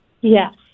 Yes